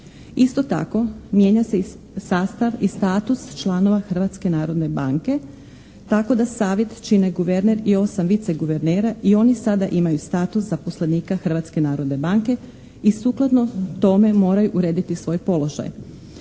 Isto tako mijenja se i sastav i status članova Hrvatske narodne banke tako da savjet čine guverner i osam vice guvernera i oni sada imaju status zaposlenika Hrvatske narodne banke i sukladno tome moraju urediti svoj položaj.